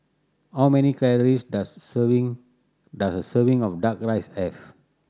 how many calories does serving does a serving of Duck Rice have